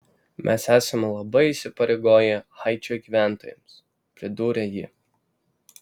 mes esame labai įsipareigoję haičio gyventojams pridūrė ji